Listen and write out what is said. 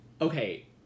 Okay